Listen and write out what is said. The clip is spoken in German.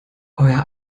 euer